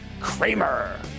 Kramer